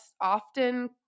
often